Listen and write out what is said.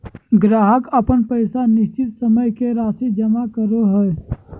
ग्राहक अपन पैसा निश्चित समय के राशि जमा करो हइ